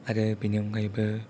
आरो बेनि अनगायैबो